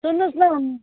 सुन्नुहोस् न